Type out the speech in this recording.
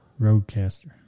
Roadcaster